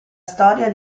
storia